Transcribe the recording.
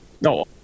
No